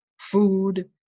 food